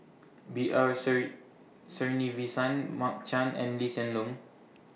B R Sreenivasan Mark Chan and Lee Hsien Loong